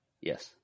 Yes